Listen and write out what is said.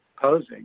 posing